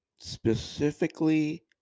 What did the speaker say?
specifically